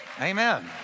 amen